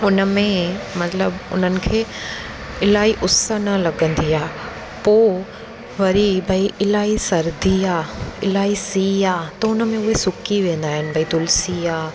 हुन में मतिलबु उन्हनि खे इलाही उस न लॻंदी आहे पोइ वरी भई इलाही सर्दी आहे इलाही सीउ आहे त उन में उहे सुकी वेंदा आहिनि भई तुलसी आहे